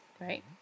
right